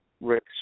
Rick